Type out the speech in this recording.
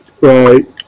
Right